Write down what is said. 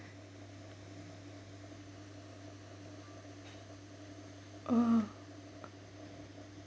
oh